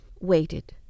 waited